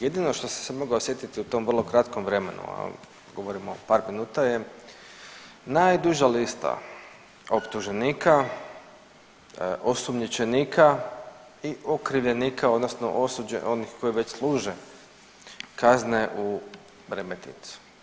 Jedino što sam se mogao sjetiti u tom vrlo kratkom vremenu, a govorimo o par minuta je najduža lista optuženika, osumnjičenika i okrivljenika odnosno onih koji već služe kazne u Remetincu.